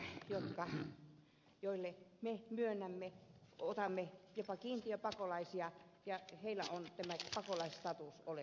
pakolaiset ovat niitä joille me myönnämme turvapaikkaoikeuden otamme jopa kiintiöpakolaisia ja heillä on pakolaisstatus